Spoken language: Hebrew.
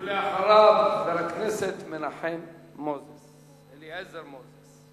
ואחריו, חבר הכנסת מנחם אליעזר מוזס.